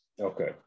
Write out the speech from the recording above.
okay